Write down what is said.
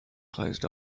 closed